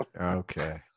Okay